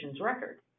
record